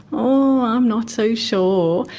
oh, i'm not so sure.